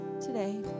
today